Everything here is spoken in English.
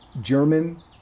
German